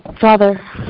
Father